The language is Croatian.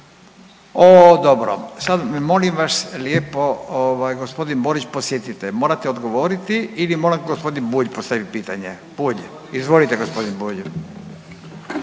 Ovo dobro, sad molim vas lijepo ovaj gospodin Borić podsjetite me, morate odgovoriti ili mora gospodin Bulj postaviti pitanje? Bulj, izvolite gospodin Bulj.